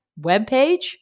webpage